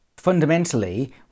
Fundamentally